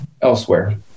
elsewhere